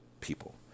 people